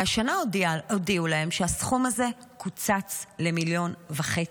והשנה הודיעו להם שהסכום הזה קוצץ למיליון וחצי,